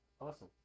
Awesome